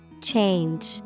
Change